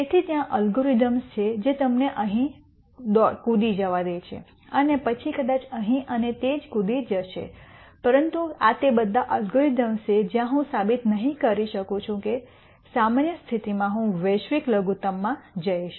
તેથી ત્યાં અલ્ગોરિધમ્સ છે જે તમને અહીં કૂદી જવા દે છે અને પછી કદાચ અહીં અને તે જ કૂદી જશે પરંતુ આ તે બધા અલ્ગોરિધમ્સ છે જ્યાં હું સાબિત નહિ કરી શકું છું કે સામાન્ય સ્થિતિમાં હું વૈશ્વિક લઘુત્તમમાં જઈશ